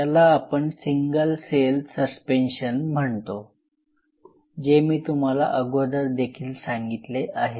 याला आपण single cell suspension म्हणतो जे मी तुम्हाला अगोदरदेखील सांगितले आहे